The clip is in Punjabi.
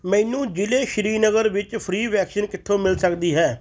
ਮੈਨੂੰ ਜ਼ਿਲ੍ਹੇ ਸ਼੍ਰੀਨਗਰ ਵਿੱਚ ਫ੍ਰੀ ਵੈਕਸੀਨ ਕਿੱਥੋਂ ਮਿਲ ਸਕਦੀ ਹੈ